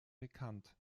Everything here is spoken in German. bekannt